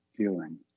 Feeling